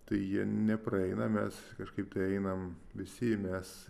tai jie nepraeina mes kažkaip tai einam visi mes